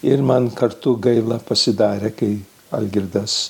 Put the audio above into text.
ir man kartu gaila pasidarė kai algirdas